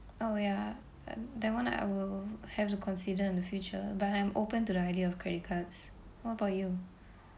oh ya th~ that one I will have to consider in the future but I'm open to the idea of credit cards what about you